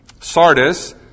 Sardis